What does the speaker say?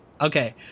Okay